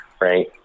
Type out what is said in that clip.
Right